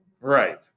Right